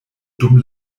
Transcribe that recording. dum